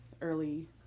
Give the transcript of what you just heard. early